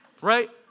right